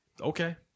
Okay